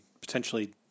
potentially